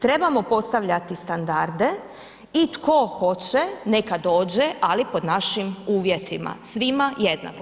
Trebamo postavljati standarde i tko hoće neka dođe ali pod našim uvjetima, svima jednako.